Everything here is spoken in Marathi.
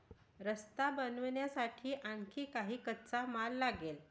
रस्ता बनवण्यासाठी आणखी काही कच्चा माल लागेल